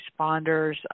responders